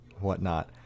whatnot